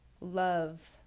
love